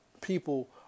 People